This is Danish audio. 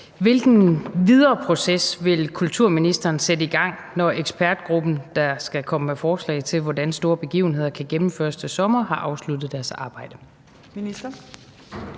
Hvilken videre proces vil kulturministeren sætte i gang, når ekspertgruppen, der skal komme med forslag til, hvordan store begivenheder kan gennemføres til sommer, har afsluttet deres arbejde?